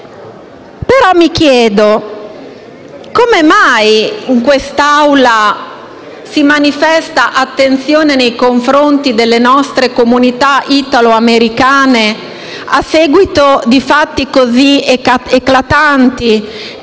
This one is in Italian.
Mi chiedo però come mai in quest'Aula si manifesti attenzione nei confronti delle nostre comunità italoamericane a seguito di fatti così eclatanti